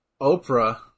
Oprah